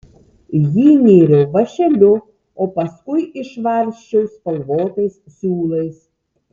jį nėriau vąšeliu o paskui išvarsčiau spalvotais siūlais